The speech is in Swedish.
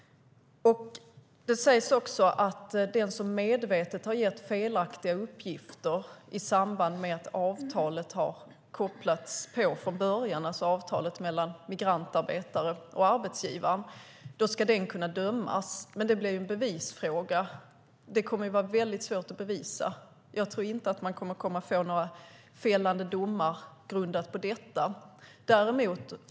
Det sägs också att den som medvetet har lämnat felaktiga uppgifter i samband med avtalet mellan migrantarbetaren och arbetsgivaren ska kunna dömas, men det blir en bevisfråga. Det kommer att vara väldigt svårt att bevisa. Jag tror inte att man kommer att få några fällande domar grundade på detta.